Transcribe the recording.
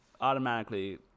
automatically